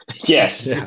Yes